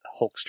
Hulkster